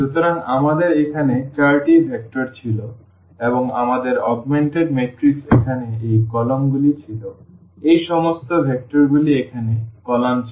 সুতরাং আমাদের এখানে চারটি ভেক্টর ছিল এবং আমাদের অগমেন্টেড ম্যাট্রিক্স এখানে এই কলামগুলি ছিল এই সমস্ত ভেক্টরগুলি এখানে কলাম ছিল